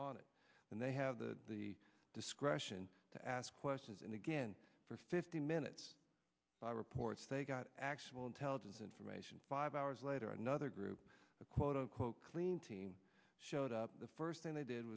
on it and they have the the discretion to ask questions and again for fifteen minutes by reports they got actual intelligence information five hours later another group of quote unquote clean team showed up the first thing they did